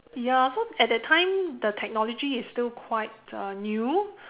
ya so at that time the technology is still quite uh new